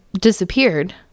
disappeared